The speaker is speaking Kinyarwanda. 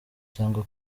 cyangwa